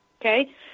Okay